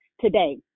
today